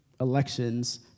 elections